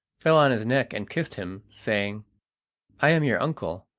fell on his neck and kissed him, saying i am your uncle,